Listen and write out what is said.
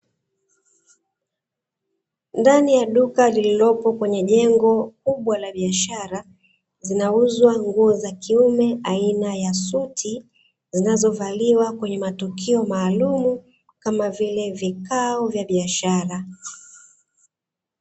Ndani ya duka lililopo kwenye jengo kubwa la biashara, zinauzwa nguo za kiume aina ya suti, zinazovaliwa kwenye matukio maalumu kama vile vikao vya biashara.